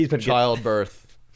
childbirth